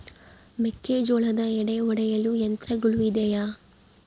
ಮೆಕ್ಕೆಜೋಳದ ಎಡೆ ಒಡೆಯಲು ಯಂತ್ರಗಳು ಇದೆಯೆ?